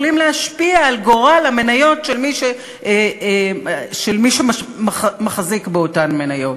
יכולים להשפיע על גורל המניות של מי שמחזיק באותן מניות.